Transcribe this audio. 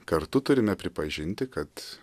kartu turime pripažinti kad